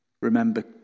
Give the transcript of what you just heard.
Remember